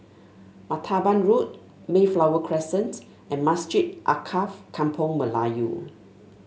Martaban Road Mayflower Crescent and Masjid Alkaff Kampung Melayu